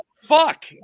fuck